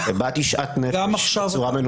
הבעתי שאט נפש בצורה מנומסת.